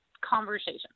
conversation